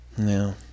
No